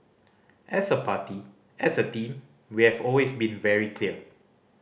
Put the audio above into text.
as a party as a team we have always been very clear